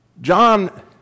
John